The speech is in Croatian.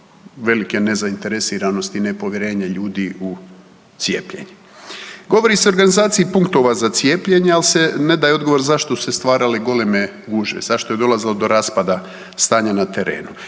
velike nezainteresiranosti i nepovjerenje ljudi u cijepljenje. Govori se o organizaciji punktova za cijepljenje, ali se ne daje odgovor zašto su se stvarale goleme gužve, zašto je dolazilo do raspada stanja na terenu.